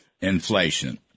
inflation